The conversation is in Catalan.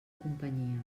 companyia